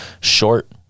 short